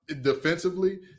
defensively